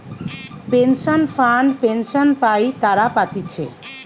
pension fund pension পাই তারা পাতিছে